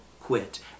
quit